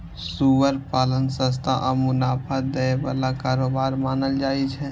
सुअर पालन सस्ता आ मुनाफा दै बला कारोबार मानल जाइ छै